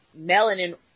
Melanin